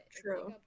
true